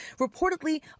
reportedly